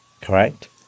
Correct